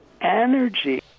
energy